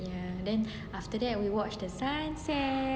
ya then after that we watch the sunset